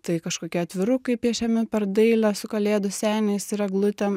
tai kažkokie atvirukai piešiami per dailę su kalėdų seniais ir eglutėm